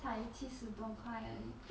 才七十多块而已